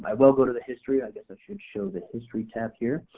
i will go to the history, i guess i should show the history tab here.